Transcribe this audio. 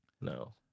no